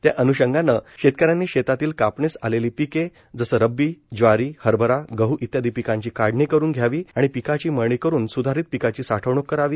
त्याअन्षंगान शेतकऱ्यांनी शेतातील कापणीस आलेली पिके जसे रब्बी ज्वारी हरभरा गह इत्यादी पिकांची काढणी करुन घ्यावी आणि पिकाची मळणी करुन सुधारीत पिकाची साठवणूक करावी